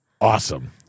Awesome